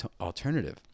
alternative